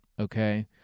okay